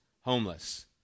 homeless